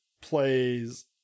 plays